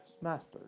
master